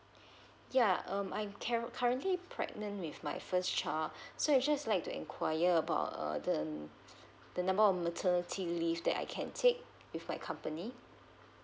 ya um I'm ca~ currently pregnant with my first child so I just like to inquire about uh the the number of maternity leave that I can take with my company